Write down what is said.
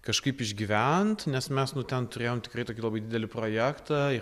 kažkaip išgyvent nes mes nu ten turėjom tikrai tokį labai didelį projektą